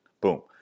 Boom